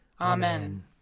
Amen